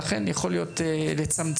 לכן אני אומר,